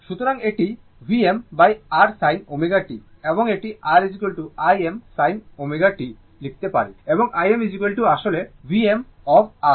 সুতরাং এটি VmR sin ω t এবং এটি r Im sin ω t লিখতে পারি এবং Im আসলে Vm অফ R